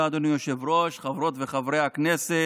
חברות וחברי הכנסת,